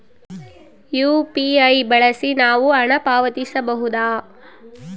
UPI ಬಳಸಿ ನಾವು ಹಣ ಪಾವತಿಸಬಹುದಾ?